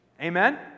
Amen